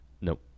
Nope